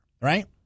right